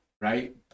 right